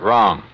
Wrong